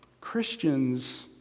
Christians